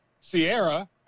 Sierra